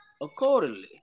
accordingly